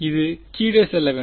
இது கீழே செல்ல வேண்டும்